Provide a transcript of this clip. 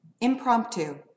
Impromptu